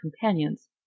companions